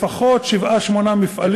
לפחות שבעה-שמונה מפעלים.